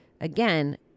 again